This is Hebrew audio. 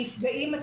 הנפגעים,